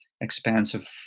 expansive